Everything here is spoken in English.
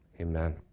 amen